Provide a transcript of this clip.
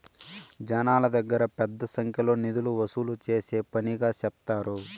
జనాల దగ్గర పెద్ద సంఖ్యలో నిధులు వసూలు చేసే పనిగా సెప్తారు